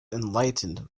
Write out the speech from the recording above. enlightened